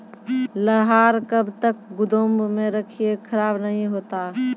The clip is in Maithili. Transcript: लहार कब तक गुदाम मे रखिए खराब नहीं होता?